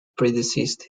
predeceased